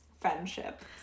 friendship